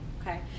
Okay